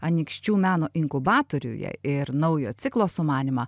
anykščių meno inkubatoriuje ir naujo ciklo sumanymą